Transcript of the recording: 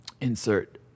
insert